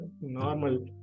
normal